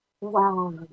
Wow